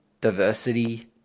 diversity